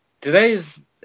today's